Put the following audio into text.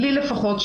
לי לפחות,